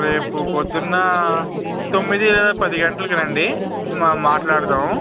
రేపు ప్రొద్దున తొమ్మిది లేదా పది గంటలకి రండి మనం మాట్లాడదాము